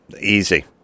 easy